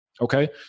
okay